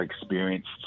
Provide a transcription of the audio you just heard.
experienced